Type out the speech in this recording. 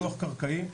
כוח קרקעי,